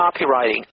copywriting